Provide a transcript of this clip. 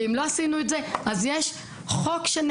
ואם לא עשינו את זה אז יש חוק שנחקק,